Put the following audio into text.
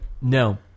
no